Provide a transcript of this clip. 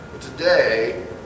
today